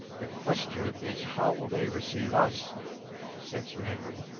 the question is how will they receive us said sir henry.